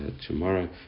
tomorrow